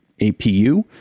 apu